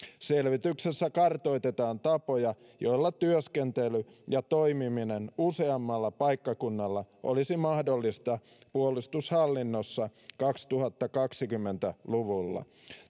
selvityksessä kartoitetaan tapoja joilla työskentely ja toimiminen useammalla paikkakunnalla olisi mahdollista puolustushallinnossa kaksituhattakaksikymmentä luvulla